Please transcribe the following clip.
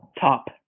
top